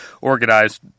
organized